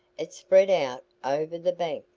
it spread out over the banks.